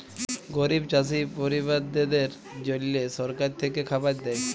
গরিব চাষী পরিবারদ্যাদের জল্যে সরকার থেক্যে খাবার দ্যায়